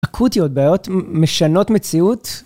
אקוטיות בעיות משנות מציאות.